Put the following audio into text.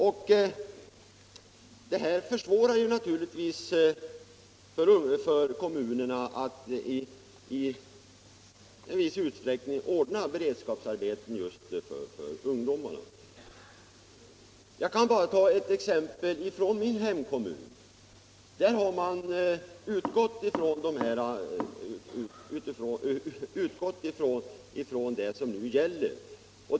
En förändring av statsbidraget gör det naturligtvis svårare för kommunerna att ordna beredskapsarbeten just för ungdomarna. I exempelvis min hemkommun har man utgått ifrån de bidragsregler som nu gäller.